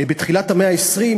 בתחילת המאה ה-20,